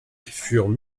furent